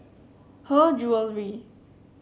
Her Jewellery